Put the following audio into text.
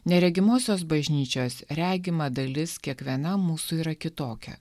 neregimosios bažnyčios regimą dalis kiekviena mūsų yra kitokia